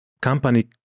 company